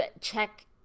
check